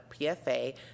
PFA